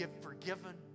forgiven